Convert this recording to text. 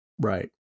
Right